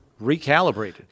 recalibrated